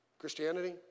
Christianity